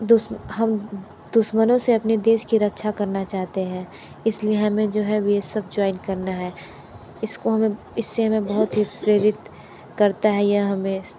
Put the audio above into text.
दुश्मन हम दुश्मनों से अपने देश की रक्षा करना चाहते हैं इस लिए हमें जो है बी एस एफ ज्वाॅइन करना है इसको हमें इस से हमें बहुत ही प्रेरित करता है यह हमें